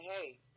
hey